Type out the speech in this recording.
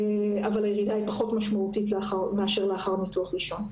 אבל הירידה היא פחות משמעותית מאשר לאחר ניתוח ראשון.